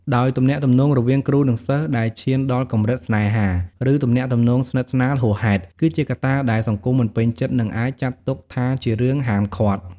ដោយទំនាក់ទំនងរវាងគ្រូ និងសិស្សដែលឈានដល់កម្រិតស្នេហា ឬទំនាក់ទំនងស្និទ្ធស្នាលហួសហេតុ គឺជាកត្តាដែលសង្គមមិនពេញចិត្ត និងអាចចាត់ទុកថាជារឿងហាមឃាត់។